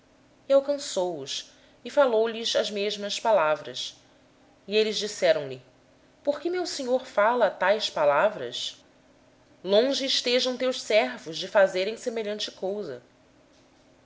alcançado lhes falou essas mesmas palavras responderam-lhe eles por que falo meu senhor tais palavras longe estejam teus servos de fazerem semelhante coisa